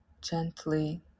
gently